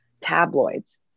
tabloids